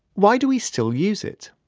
why do we still use it?